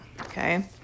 Okay